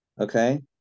Okay